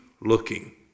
looking